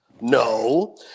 No